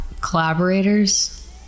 collaborators